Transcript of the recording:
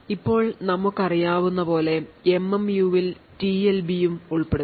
ഇപ്പോൾ നമുക്കറിയാവുന്ന പോലെ MMUവിൽ ടിഎൽബിയും TLBTranslation Lookaside Buffer ഉൾപ്പെടുന്നു